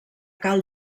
cal